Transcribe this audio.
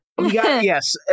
Yes